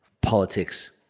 politics